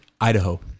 Idaho